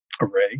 array